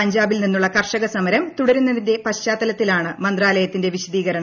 പഞ്ചാബിൽ നിന്നുള്ള കർഷക സമരം തുടരുന്നതിന്റെ പശ്ചാത്തലത്തിലാണ് മന്ത്രാലയത്തിന്റെ വിശദീകരണം